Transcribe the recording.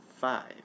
five